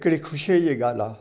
हिकिड़ी ख़ुशी जी ॻाल्हि आहे